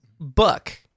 Buck